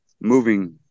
moving